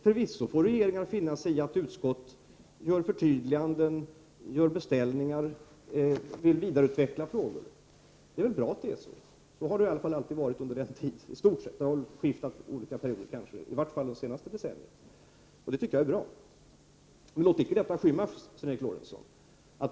Förvisso får regeringar finna sig i att utskott gör förtydliganden, kommer med beställningar eller vill ha frågor vidareutvecklade. Men det är väl bra att det är på det sättet. Även om det kanske har skiftat något från en period till en annan har det i stort sett, i varje fall under det senaste decenniet, varit så, och det är bra. Låt alltså icke detta skymma, Sven Eric Lorentzon!